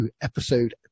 episode